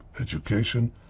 education